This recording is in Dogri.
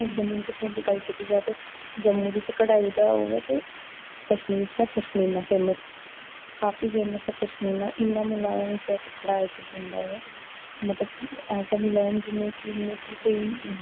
और जम्मू कशमीर दी गल्ल कीती जाए ते जम्मू च ते कढाई दा ओह् है ते कशमीर च पशमीना फेमस काफी फेमस पशमीना इन्ना मुलायम जेहा कपड़ा इक किस्म दा ओह् मतलब कि ऐसा मुलायम जियां कि कोई